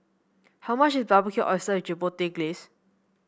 how much is Barbecued Oyster with Chipotle Glaze